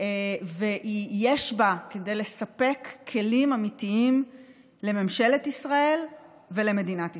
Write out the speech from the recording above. ויש בה כדי לספק כלים אמיתיים לממשלת ישראל ולמדינת ישראל.